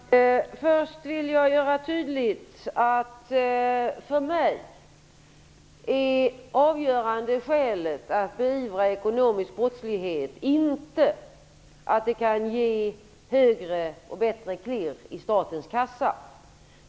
Herr talman! Först vill jag göra tydligt att det avgörande skälet för mig att beivra ekonomisk brottslighet inte är att det kan ge bättre klirr i statens kassa.